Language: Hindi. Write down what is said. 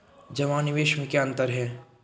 जमा और निवेश में क्या अंतर है?